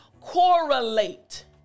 correlate